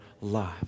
life